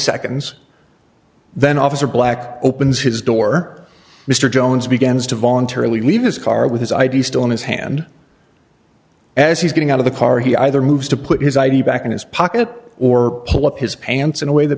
seconds then officer black opens his door mr jones begins to voluntarily leave his car with his id still in his hand as he's getting out of the car he either moves to put his id back in his pocket or pull up his pants in a way that